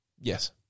Yes